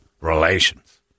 relations